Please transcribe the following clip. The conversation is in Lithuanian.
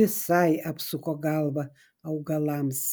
visai apsuko galvą augalams